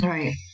Right